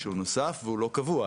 שהוא נוסף והוא לא קבוע,